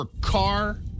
car